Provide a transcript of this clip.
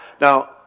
Now